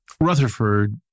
Rutherford